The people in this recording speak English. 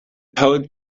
toad